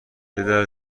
پدر